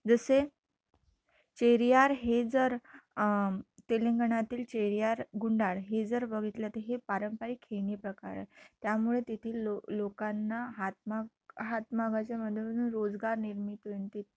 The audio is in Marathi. जसे चेरियाल हे जर तेलंगणातील चेरियाल गुंडाळ हे जर बघितलं तर हे पारंपरिक खेळणी प्रकार त्यामुळे तेथील लो लोकांना हातमाग हातमागाच्या मधून रोजगार निर्मित